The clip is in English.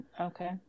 Okay